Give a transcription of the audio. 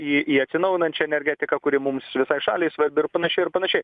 į į atsinaujinančią energetiką kuri mums visai šaliai svarbi ir panašiai ir panašiai